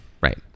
right